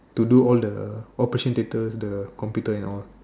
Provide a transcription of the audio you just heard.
to do all the operation data the computers and all